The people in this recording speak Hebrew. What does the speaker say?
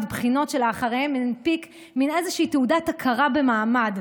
בחינות ואחריהן הנפיק איזושהי תעודת הכרה במעמד,